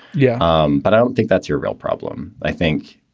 yeah, um but i don't think that's your real problem. i think